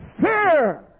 Fear